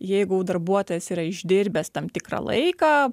jeigu darbuotojas yra išdirbęs tam tikrą laiką